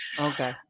okay